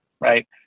right